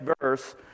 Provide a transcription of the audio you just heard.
verse